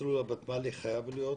המסלול הוותמ"לי חייב להיות,